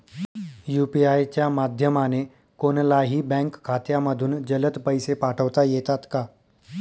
UPI च्या माध्यमाने कोणलाही बँक खात्यामधून जलद पैसे पाठवता येतात का?